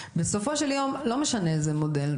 בסופו של יום לא משנה איזה מודל,